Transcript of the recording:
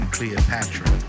Cleopatra